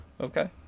Okay